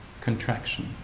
Contraction